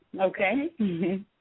Okay